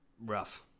Rough